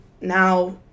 now